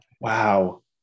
Wow